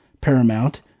Paramount